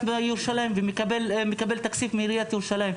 ירושלים ומקבל תקציב מעיריית ירושלים.